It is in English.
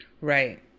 Right